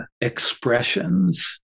expressions